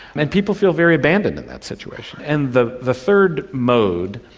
and people feel very abandoned in that situation. and the the third mode,